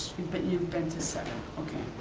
but you've been to seven, okay.